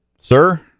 sir